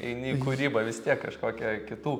eini į kūrybą vis tiek kažkokią kitų